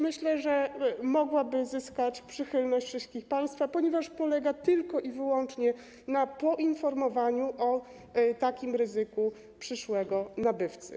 Myślę, że mogłaby zyskać przychylność wszystkich państwa, ponieważ polega tylko i wyłącznie na poinformowaniu o takim ryzyku przyszłego nabywcy.